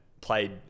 played